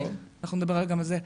אנחנו נדבר גם על זה.